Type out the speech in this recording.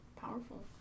powerful